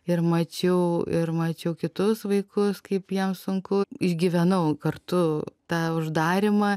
ir mačiau ir mačiau kitus vaikus kaip jiem sunku išgyvenau kartu tą uždarymą